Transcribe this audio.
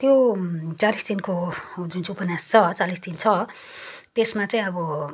त्यो चालिस दिनको चुन चाहिँ उपन्यास छ चालिस दिन छ त्यसमा चाहिँ अब